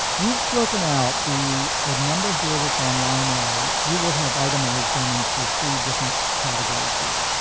you've broken out the the number here that's on line a, you will have itemized them into three different categories here.